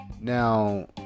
now